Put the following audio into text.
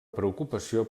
preocupació